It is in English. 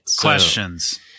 Questions